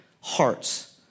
hearts